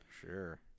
Sure